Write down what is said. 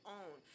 own